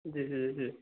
जी जी जी